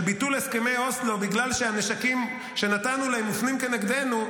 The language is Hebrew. של ביטול הסכמי אוסלו בגלל שהנשקים שנתנו להם מופנים כנגדנו,